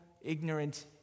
ignorant